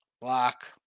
Block